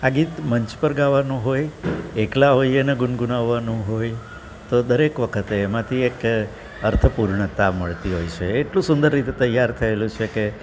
આ ગીત મંચ પર ગાવાનું હોય એકલા હોઇએ ને ગુનગુનાવવાનું હોય તો દરેક વખતે એમાંથી એક અર્થપૂર્ણતા મળતી હોય છે એટલું સુંદર રીતે તૈયાર થયેલું છે કે